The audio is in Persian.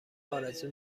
آرزو